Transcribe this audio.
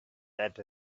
that